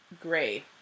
gray